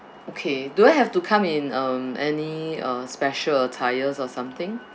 okay do I have to come in um any uh special attires or something